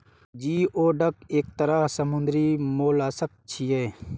geoduck एक तरह समुद्री मोलस्क छियै